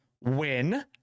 win